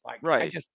Right